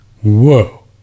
whoa